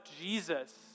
Jesus